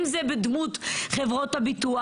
אם זה בדמות חברות הביטוח,